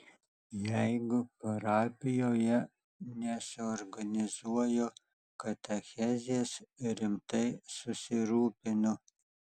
jeigu parapijoje nesuorganizuoju katechezės rimtai susirūpinu